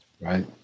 Right